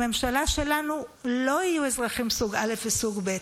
שבממשלה שלנו לא יהיו אזרחים סוג א' וסוג ב'.